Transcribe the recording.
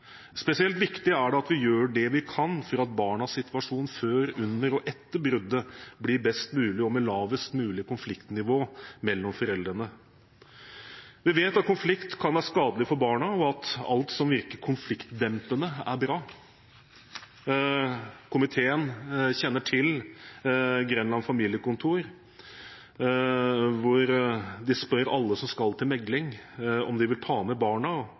Spesielt viktig er det at vi gjør det vi kan for at barnas situasjon før, under og etter bruddet blir best mulig og med lavest mulig konfliktnivå mellom foreldrene. Vi vet at konflikt kan være skadelig for barna, og at alt som virker konfliktdempende, er bra. Komiteen kjenner til Grenland Familiekontor, hvor de spør alle som skal til megling, om de vil ta med barna.